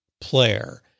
player